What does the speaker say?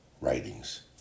writings